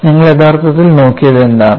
നിങ്ങൾ യഥാർത്ഥത്തിൽ നോക്കിയത് എന്താണ്